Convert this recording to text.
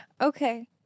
Okay